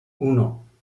uno